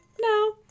no